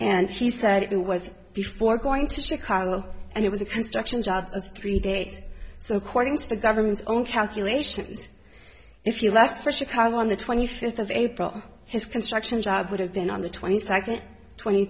and he said it was before going to chicago and it was a construction job of three date so according to the government's own calculations if you left for chicago on the twenty fifth of april his construction job would have been on the twenty second twenty